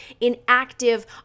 inactive